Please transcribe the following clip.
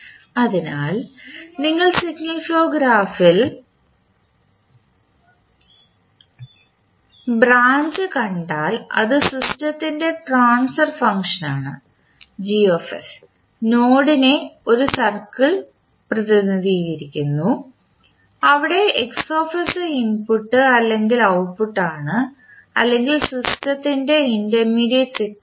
അതിനാൽ നിങ്ങൾ signal flow ഗ്രാഫിൽ ബ്രാഞ്ച് കണ്ടാൽ അത് സിസ്റ്റത്തിൻറെ ട്രാൻസ്ഫർ ഫംഗ്ഷനാണ് നോഡിനെ ഒരു സർക്കിൾ പ്രതിനിധീകരിക്കുന്നു അവിടെ ഇൻപുട്ട് അല്ലെങ്കിൽ ഔട്ട്പുട്ട് ആണ് അല്ലെങ്കിൽ സിസ്റ്റത്തിൻറെ ഇന്റർമീഡിയറ്റ് സിഗ്നൽ ആണ്